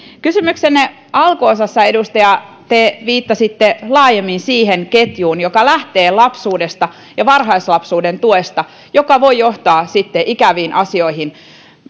kysymyksenne alkuosassa edustaja te viittasitte laajemmin siihen ketjuun joka lähtee lapsuudesta ja varhaislapsuuden tuesta ja joka voi johtaa sitten ikäviin asioihin